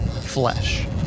flesh